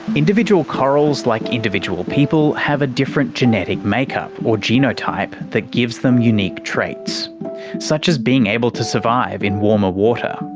individual corals, like individual people, have a different genetic makeup or genotype that gives them unique traits such as being able to survive in warmer water.